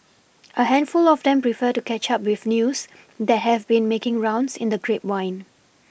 a handful of them prefer to catch up with news that have been making rounds in the grapevine